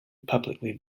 publicly